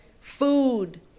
food